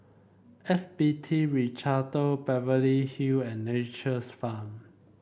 F B T Ricardo Beverly Hill and Nature's Farm